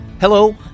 Hello